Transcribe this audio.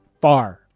far